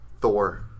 Thor